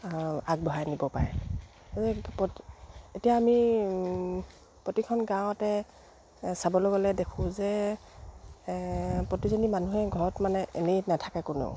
আগবঢ়াই নিব পাৰে এতিয়া আমি প্ৰতিখন গাঁৱতে চাবলৈ গ'লে দেখোঁ যে প্ৰতিজনী মানুহে ঘৰত মানে এনেই নাথাকে কোনেও